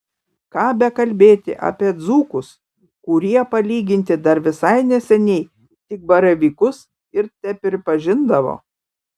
ką bekalbėti apie dzūkus kurie palyginti dar visai neseniai tik baravykus ir tepripažindavo